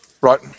right